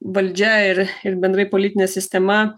valdžia ir ir bendrai politinė sistema